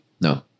No